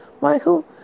Michael